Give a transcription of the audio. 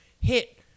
hit